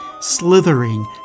slithering